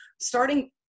starting